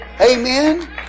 Amen